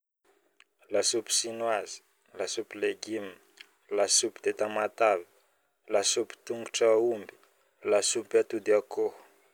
lasopy sinoizy, lasopy legim, lasopy de tamatavy, lasopy tongotra omby, lasopy atody akoho